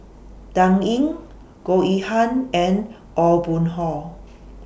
Dan Ying Goh Yihan and Aw Boon Haw